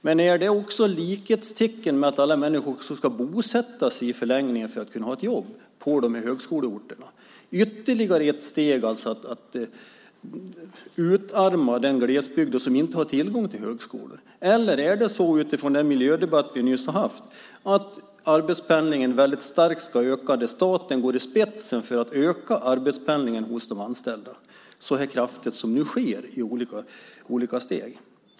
Men är det i förlängningen lika med att alla människor också ska bosätta sig på de här högskoleorterna för att kunna ha ett jobb? Det är ytterligare ett steg mot att utarma den glesbygd där man inte har tillgång till högskola. Eller ska arbetspendlingen, utifrån den miljödebatt vi nyss har haft, öka väldigt starkt? Det undrar jag när staten går i spetsen för att öka arbetspendlingen för de anställda så kraftigt som nu sker i olika steg.